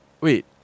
wait